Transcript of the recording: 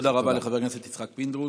תודה רבה לחבר הכנסת יצחק פינדרוס.